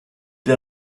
der